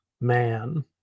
man